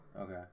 Okay